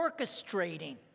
orchestrating